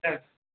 ल